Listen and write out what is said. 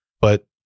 But-